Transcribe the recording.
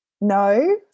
No